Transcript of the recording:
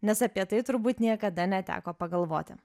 nes apie tai turbūt niekada neteko pagalvoti